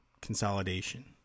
consolidation